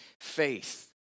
faith